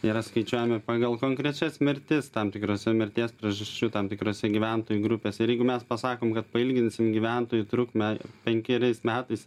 yra skaičiuojami pagal konkrečias mirtis tam tikrose mirties priežasčių tam tikrose gyventojų grupėse ir jeigu mes pasakom kad pailginsim gyventojų trukmę penkeriais metais